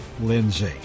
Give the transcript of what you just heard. Lindsay